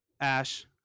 ash